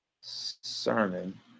sermon